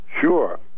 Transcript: Sure